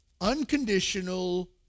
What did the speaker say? unconditional